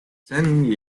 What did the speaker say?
ten